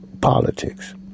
politics